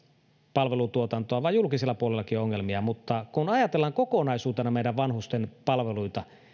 palvelutuotantoa vaan julkisella puolellakin on ongelmia mutta kun ajatellaan kokonaisuutena meidän vanhusten palveluita